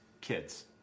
kids